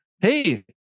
hey